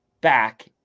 back